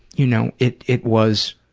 you know, it it was,